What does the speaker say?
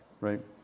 right